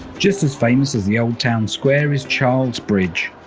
just as famous as the old town square is charles bridge.